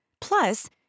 Plus